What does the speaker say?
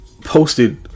posted